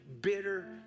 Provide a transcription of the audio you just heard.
bitter